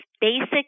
basic